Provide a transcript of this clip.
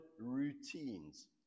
routines